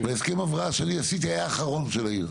והסכם ההבראה שאני עשיתי היה האחרון של העיר,